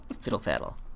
Fiddle-faddle